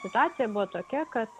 situacija buvo tokia kad